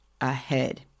ahead